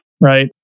right